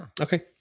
okay